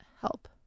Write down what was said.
help